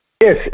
Yes